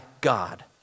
God